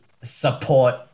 support